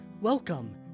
Welcome